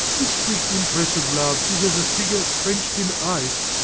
this weak impress of love is as a figure trenched in ice,